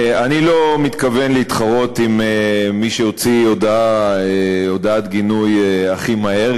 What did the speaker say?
אני לא מתכוון להתחרות עם מי שהוציא הודעת גינוי הכי מהר.